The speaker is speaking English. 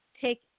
take